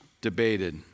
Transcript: debated